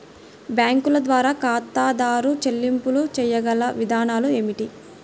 బ్యాంకుల ద్వారా ఖాతాదారు చెల్లింపులు చేయగల విధానాలు ఏమిటి?